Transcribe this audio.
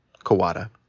Kawada